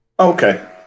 Okay